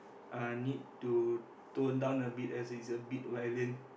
uh need to tone down a bit as it is a bit violent